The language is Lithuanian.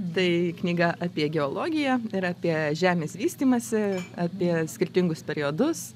tai knyga apie geologiją ir apie žemės vystymąsi apie skirtingus periodus